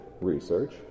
research